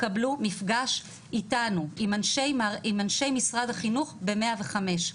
יקבלו מפגש איתנו, עם אנשי משרד החינוך ב-105.